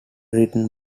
written